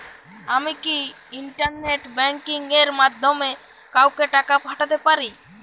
আমি কি internet banking এর মাধ্যমে কাওকে টাকা পাঠাতে পারি?